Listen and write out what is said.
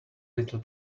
little